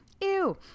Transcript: ew